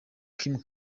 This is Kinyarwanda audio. kim